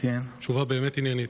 תשובה באמת עניינית.